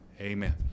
amen